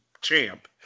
champ